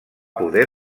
poder